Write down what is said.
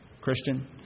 Christian